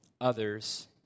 others